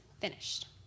finished